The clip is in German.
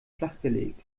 flachgelegt